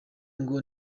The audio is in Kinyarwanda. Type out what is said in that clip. ngo